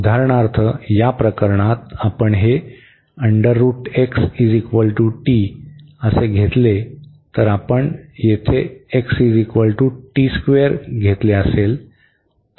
उदाहरणार्थ या प्रकरणात आपण हे घेतल्यास जर आपण येथे घेतले असेल